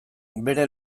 bere